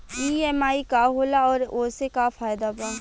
EMI का होला और ओसे का फायदा बा?